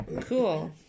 Cool